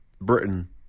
Britain